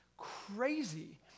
crazy